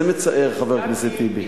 זה מצער, חבר הכנסת אחמד טיבי.